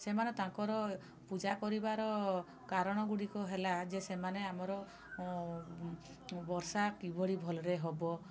ସେମାନେ ତାଙ୍କର ପୂଜା କରିବାର କାରଣ ଗୁଡ଼ିକ ହେଲା ଯେ ସେମାନେ ଆମର ବର୍ଷା କିଭଳି ଭଲରେ ହେବ